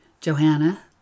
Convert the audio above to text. Johanna